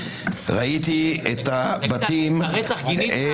ראיתי את הבתים --- את הרצח גינית?